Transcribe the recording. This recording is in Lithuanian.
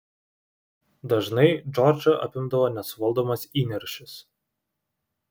dažnai džordžą apimdavo nesuvaldomas įniršis